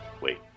Wait